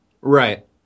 Right